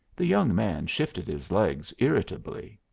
the young man shifted his legs irritably.